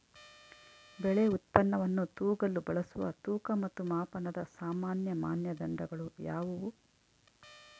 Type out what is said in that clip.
ಬೆಳೆ ಉತ್ಪನ್ನವನ್ನು ತೂಗಲು ಬಳಸುವ ತೂಕ ಮತ್ತು ಮಾಪನದ ಸಾಮಾನ್ಯ ಮಾನದಂಡಗಳು ಯಾವುವು?